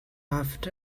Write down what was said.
loved